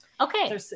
Okay